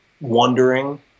wondering